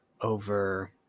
over